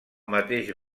mateix